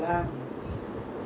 L shaped ah